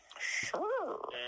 Sure